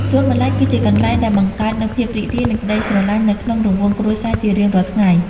សួនបន្លែគឺជាកន្លែងដែលបង្កើតនូវភាពរីករាយ និងក្តីស្រឡាញ់នៅក្នុងរង្វង់គ្រួសារជារៀងរាល់ថ្ងៃ។